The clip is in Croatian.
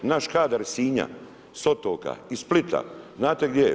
Naš kadar iz Sinja, sa otoka i Splita znate gdje je?